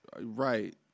Right